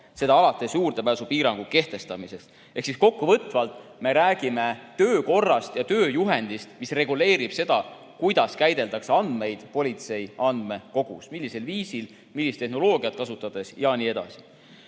alates juurdepääsupiirangu kehtestamisest. Ehk siis kokkuvõtvalt me räägime töökorrast ja tööjuhendist, mis reguleerib seda, kuidas käideldakse andmeid politsei andmekogus. Millisel viisil, millist tehnoloogiat kasutades jne.